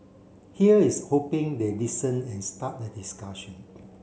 here is hoping they listen and start the discussion